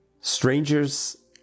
strangers